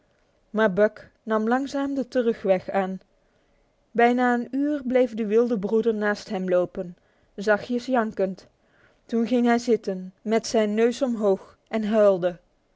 maar buck nam langzaam de terugweg aan bijna een uur bleef de wilde broeder naast hem lopen zachtjes jankend toen ging hij zitten met zijn neus omhoog en huilde